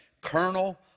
Colonel